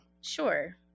Sure